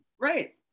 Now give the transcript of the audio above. right